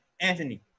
Anthony